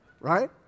Right